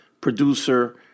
producer